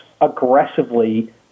aggressively